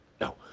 No